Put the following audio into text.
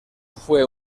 fue